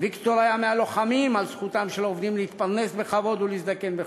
ויקטור היה מהלוחמים על זכותם של עובדים להתפרנס בכבוד ולהזדקן בכבוד.